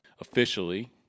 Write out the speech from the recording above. Officially